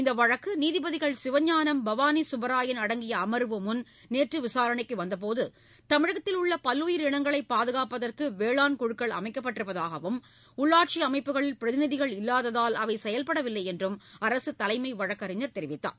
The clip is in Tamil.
இந்த வழக்கு நீதிபதிகள் சிவஞானம் பவானி சுப்பராயன் அடங்கிய அமர்வு முன் நேற்று விசாரணைக்கு வந்தபோது தமிழகத்தில் உள்ள பல்லுயிர் இனங்களை பாதுகாப்பதற்கு வேளாண் குழுக்கள் அமைக்கப்பட்டிருப்பதாகவும் உள்ளாட்சி அமைப்புகளில் பிரதிநிதிகள் இல்லாததால் அவை செயல்படவில்லை என்றும் அரசு தலைமை வழக்கறிஞர் தெரிவித்தார்